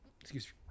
excuse